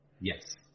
Yes